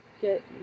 get